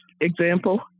example